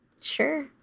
sure